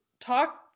talk